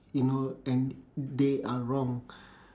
you know and they are wrong